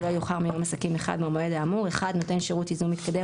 ולא יאוחר מיום עסקים אחד מהמועד האמור נותן שירות ייזום מתקדם